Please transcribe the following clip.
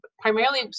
primarily